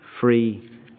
free